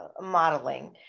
modeling